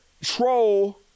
troll